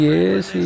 Yes